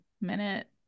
minute